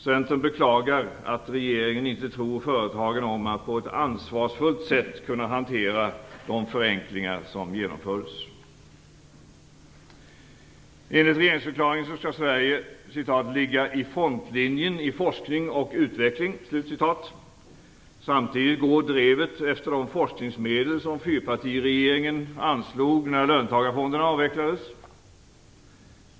Centern beklagar att regeringen inte tror att företagen på ett ansvarsfullt sätt kan hantera de förenklingar som genomfördes. Enligt regeringsförklaringen skall Sverige "ligga i frontlinjen i forskning och utveckling". Samtidigt går drevet efter de forskningsmedel som fyrpartiregeringen anslog när löntagarfonderna avvecklades.